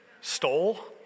stole